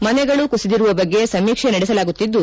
ಮನೆಗಳು ಕುಸಿದಿರುವ ಬಗ್ಗೆ ಸಮೀಕ್ಷೆ ನಡೆಸಲಾಗುತ್ತಿದ್ದು